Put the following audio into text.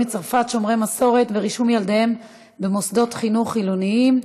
מצרפת שומרי מסורת ורישום ילדיהם במוסדות חינוך חילוניים,